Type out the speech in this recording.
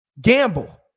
gamble